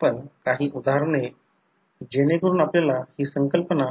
कमी ठेवतात आणि पॉवर स्टेशनच्या मेन डिस्ट्रीब्यूशन सिस्टीममध्ये आणि इंडस्ट्रियल सप्लाय सर्किटमध्ये मोठ्या पॉवर ट्रान्सफॉर्मरचा वापर केला जातो